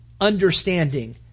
understanding